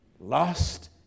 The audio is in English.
Lost